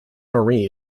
marie